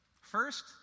First